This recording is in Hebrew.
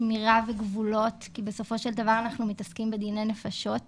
שמירה וגבולות כי בסופו של דבר אנחנו מתעסקים כאן בדיני נפשות.